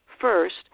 first